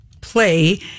play